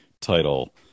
title